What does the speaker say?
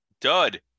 Dud